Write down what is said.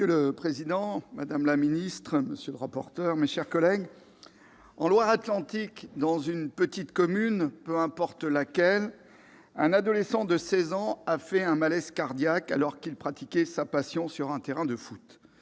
Monsieur le président, madame la secrétaire d'État, monsieur le rapporteur, mes chers collègues, en Loire-Atlantique, dans une petite commune, peu importe laquelle, un adolescent de seize ans a fait un malaise cardiaque alors qu'il pratiquait sa passion sur un terrain de football.